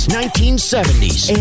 1970s